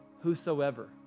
whosoever